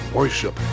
Worship